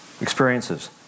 experiences